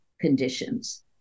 conditions